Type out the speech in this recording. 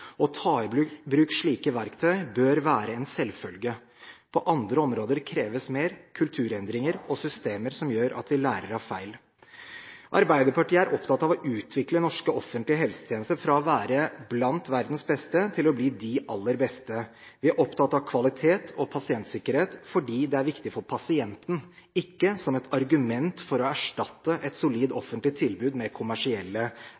Å ta i bruk slike verktøy bør være en selvfølge. På andre områder kreves mer – kulturendringer og systemer som gjør at vi lærer av feil. Arbeiderpartiet er opptatt av å utvikle norske offentlige helsetjenester fra å være blant verdens beste til å bli de aller beste. Vi er opptatt av kvalitet og pasientsikkerhet fordi det er viktig for pasienten, ikke som et argument for å erstatte et solid